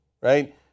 right